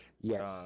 Yes